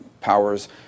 powers